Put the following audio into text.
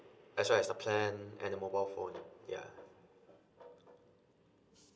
as well as the plan and the mobile phone ya